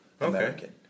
American